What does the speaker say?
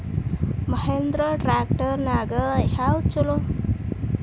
Mahindra tractor ನ್ಯಾಗ ಯಾವ್ದ ಛಲೋ?